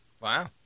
Wow